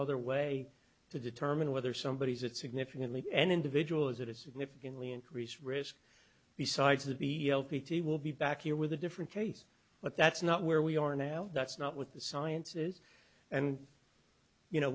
other way to determine whether somebody is it significantly an individual is it a significantly increased risk besides a b p t will be back here with a different case but that's not where we are now that's not with the sciences and you know